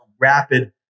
rapid